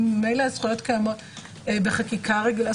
אם ממילא הזכויות קיימות בחקיקה רגילה,